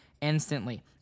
instantly